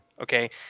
okay